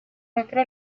otro